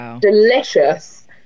delicious